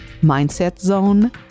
Mindset.Zone